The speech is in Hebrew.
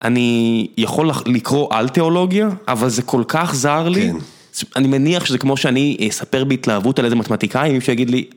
אני יכול לקרוא על תיאולוגיה, אבל זה כל כך זר לי. אני מניח שזה כמו שאני אספר בהתלהבות על איזה מתמטיקאי, מי שיגיד לי...